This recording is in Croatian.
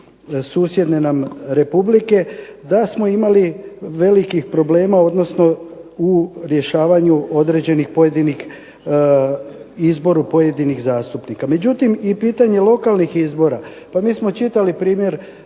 susjedne nam Republike, da smo imali velikih problema, odnosno u rješavanju određenih pojedinih izboru pojedinih zastupnika. Međutim, i pitanje lokalnih izbora. Pa mi smo čitali primjer